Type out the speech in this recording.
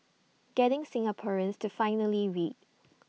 getting Singaporeans to finally read